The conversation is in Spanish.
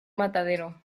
matadero